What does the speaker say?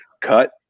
cut